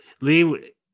lee